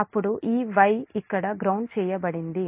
అప్పుడు ఈ Y ఇక్కడ గ్రౌండ్ చేయబడింది